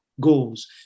goals